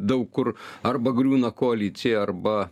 daug kur arba griūna koalicija arba